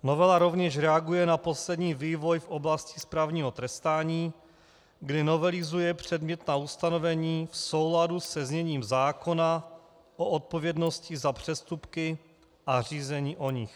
Novela rovněž reaguje na poslední vývoj v oblasti správního trestání, kdy novelizuje předmětná ustanovení v souladu se zněním zákona o odpovědnosti za přestupky a řízení o nich.